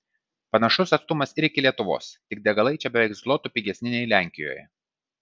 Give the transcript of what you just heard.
panašus atstumas ir iki lietuvos tik degalai čia beveik zlotu pigesni nei lenkijoje